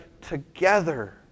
together